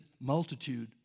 multitude